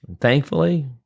Thankfully